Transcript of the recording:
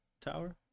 Tower